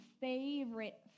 favorite